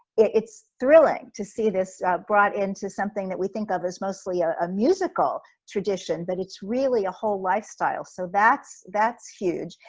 it's thrilling to see this brought into something that we think of as mostly ah a musical tradition, but it's really a whole lifestyle. so that's, that's huge.